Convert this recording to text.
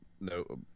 No